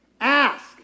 Ask